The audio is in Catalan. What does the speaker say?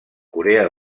corea